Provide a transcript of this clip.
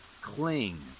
cling